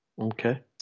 okay